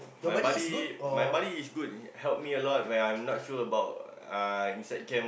my buddy my buddy is good help me a lot when I'm not sure about uh inside camp